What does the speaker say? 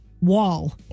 wall